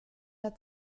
der